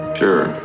sure